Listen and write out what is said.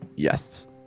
Yes